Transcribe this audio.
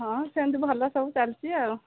ହଁ ସେମିତି ଭଲ ସବୁ ଚାଲିଛି ଆଉ